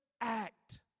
act